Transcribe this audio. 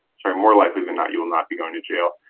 so more likely than not you will not be going to jail.